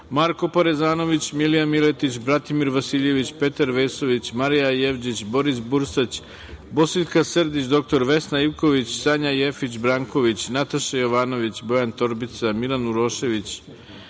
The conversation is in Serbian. Marko Parezanović, Milija Miletić, Bratimir Vasiljević, Petar Vesović, Marija Jevđić, Boris Bursać, Bosiljka Srdić, dr Vesna Ivković, Sanja Jefić Branković, Nataša Jovanović, Bojan Torbica, Milan Urošević,